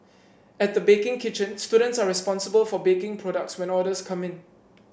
at the baking kitchen students are responsible for baking products when orders come in